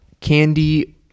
Candy